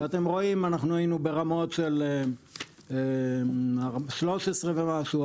אנחנו היינו ברמות של 13 ומשהו,